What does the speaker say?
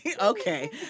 okay